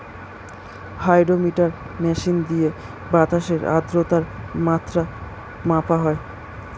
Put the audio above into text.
hydrometer machine দিয়ে বাতাসের আদ্রতার মাত্রা মাপা হয়